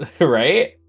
Right